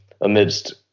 amidst